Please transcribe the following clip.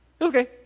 okay